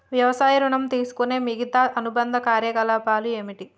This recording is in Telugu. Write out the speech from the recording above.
వ్యవసాయ ఋణం తీసుకునే మిగితా అనుబంధ కార్యకలాపాలు ఏమిటి?